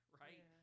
right